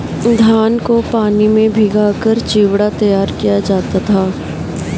धान को पानी में भिगाकर चिवड़ा तैयार किया जाता है